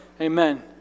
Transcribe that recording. Amen